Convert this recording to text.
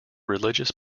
religious